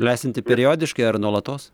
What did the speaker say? lesinti periodiškai ar nuolatos